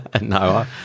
No